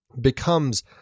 becomes